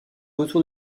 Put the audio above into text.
retour